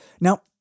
Now